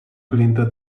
glinda